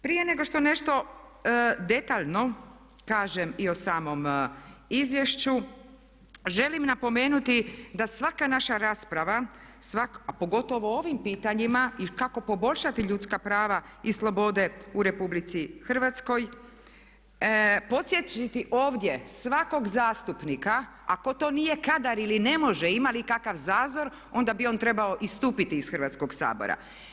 Prije nego što nešto detaljno kažem i o samom izvješću želim napomenuti da svaka naša rasprava, a pogotovo o ovim pitanjima i kako poboljšati ljudska prava i slobode u Republici Hrvatskoj podsjetiti ovdje svakog zastupnika ako to nije kadar ili ne može ima li kakav zazor, onda bi on trebao istupiti iz Hrvatskog sabora.